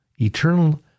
eternal